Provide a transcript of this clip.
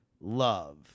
love